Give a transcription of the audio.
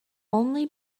only